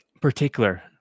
particular